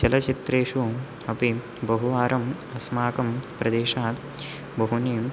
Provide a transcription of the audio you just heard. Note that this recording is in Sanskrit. चलचित्रेषु अपि बहुवारम् अस्माकं प्रदेशात् बहूनि